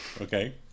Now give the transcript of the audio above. Okay